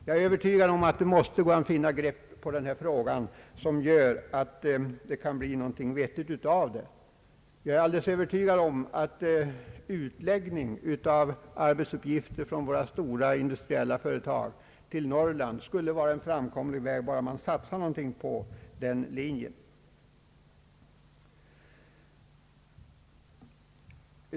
Jag är övertygad om att det måste gå att finna ett grepp på denna fråga som gör att det kan bli något vettigt av det. Utläggning av arbetsuppgifter från våra stora industriella företag till Norrland skulle alldeles säkert vara en framkomlig väg, bara man satsade något på den linjen.